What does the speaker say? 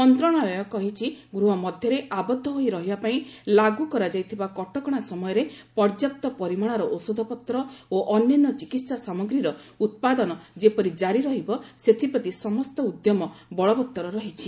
ମନ୍ତ୍ରଣାଳୟ କହିଛି ଗୃହ ମଧ୍ୟରେ ଆବଦ୍ଧ ହୋଇ ରହିବାପାଇଁ ଲାଗ୍ର କରାଯାଇଥିବା କଟକଣା ସମୟରେ ପର୍ଯ୍ୟାପ୍ତ ପରିମାଣର ଔଷଧପତ୍ର ଓ ଅନ୍ୟାନ୍ୟ ଚିକିତ୍ସା ସାମଗ୍ରୀର ଉତ୍ପାଦନ ଯେପରି ଜାରି ରହିବ ସେଥିପ୍ରତି ସମସ୍ତ ଉଦ୍ୟମ ବଳବତ୍ତର ରହିଛି